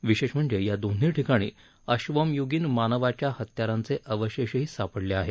विशेष म्हणजे या दोन्ही ठिकाणी अश्मयुगीन मानवाच्या हत्यारांचे अवशेषही सापडले आहेत